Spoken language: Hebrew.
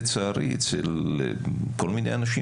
לצערי אצל כל מיני אנשים,